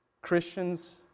Christians